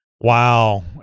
Wow